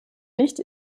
nicht